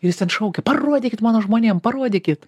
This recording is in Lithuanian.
ir jis ten šaukia parodykit mano žmonėm parodykit